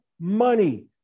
money